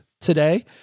today